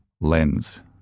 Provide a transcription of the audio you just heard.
lens